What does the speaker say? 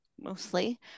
mostly